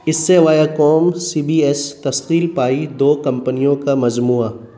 اس سے Viacom C B S تشقیل پائی دو کمپنیوں کا مجموعہ